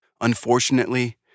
Unfortunately